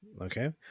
okay